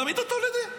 תעמיד אותו לדין.